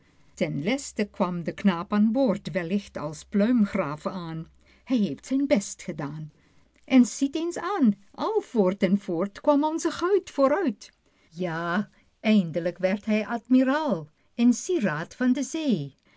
ten leste kwam de knaap aan boord wellicht als pluimgraaf aan hij heeft zijn best gedaan en ziet eens aan al voort en voort pieter louwerse alles zingt kwam onze guit vooruit ja eind'lijk werd hij admiraal een sieraad van de zee